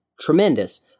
tremendous